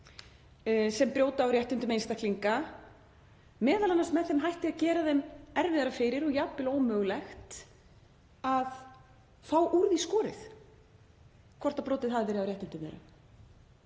sem brjóta á réttindum einstaklinga, m.a. með þeim hætti að gera þeim erfiðara fyrir og jafnvel ómögulegt að fá úr því skorið hvort brotið hafi verið á réttindum þeirra